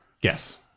Yes